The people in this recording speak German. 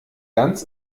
ganz